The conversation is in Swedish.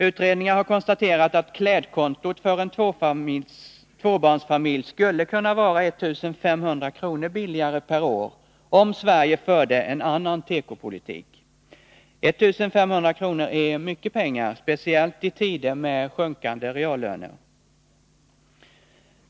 Utredningar har konstaterat att klädkontot för en tvåbarnsfamilj skulle kunna vara 1 500 kr. billigare per år, om Sverige förde en annan tekopolitik. 1500 kr. är mycket pengar, speciellt i tider med sjunkande reallöner.